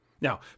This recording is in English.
Now